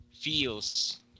feels